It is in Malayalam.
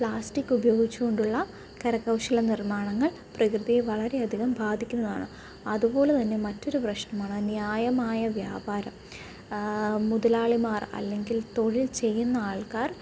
പ്ലാസ്റ്റിക് ഉപയോഗിച്ചു കൊണ്ടുള്ള കരകൗശല നിര്മാണങ്ങള് പ്രകൃതിയെ വളരെ അധികം ബാധിക്കുന്നതാണ് അതുപോലെ തന്നെ മറ്റൊരു പ്രശ്നമാണ് ന്യായമായ വ്യാപാരം മുതലാളിമാര് അല്ലെങ്കില് തൊഴില് ചെയ്യുന്ന ആള്ക്കാര്